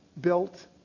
built